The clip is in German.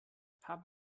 haben